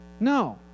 No